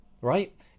right